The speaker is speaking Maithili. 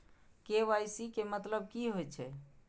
के.वाई.सी के मतलब कि होई छै?